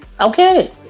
Okay